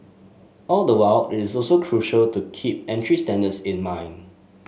all the while it is also crucial to keep entry standards in mind